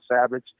savage